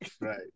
Right